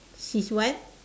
she's what